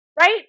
right